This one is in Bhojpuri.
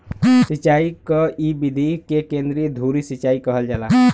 सिंचाई क इ विधि के केंद्रीय धूरी सिंचाई कहल जाला